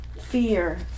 fear